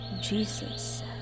Jesus